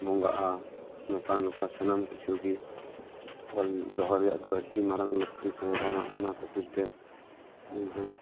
ᱵᱚᱸᱜᱟᱜᱼᱟ ᱱᱚᱝᱠᱟ ᱱᱚᱝᱠᱟ ᱥᱟᱱᱟᱢ ᱠᱤᱪᱷᱩ ᱜᱮ ᱚᱞ ᱫᱚᱦᱚ ᱨᱮᱭᱟᱜ ᱫᱚ ᱟᱰᱤ ᱢᱟᱨᱟᱝ ᱞᱟᱠᱛᱤ ᱛᱟᱦᱮᱸ ᱠᱟᱱᱟ ᱚᱱᱟ ᱠᱷᱟᱛᱤᱨ ᱛᱮ ᱤᱧ ᱦᱚᱸᱧ